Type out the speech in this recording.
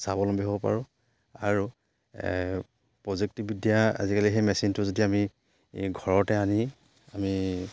স্বাৱলম্বী হ'ব পাৰোঁ আৰু প্ৰযুক্তিবিদ্যা আজিকালি সেই মেচিনটো যদি আমি ঘৰতে আনি আমি